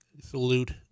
Salute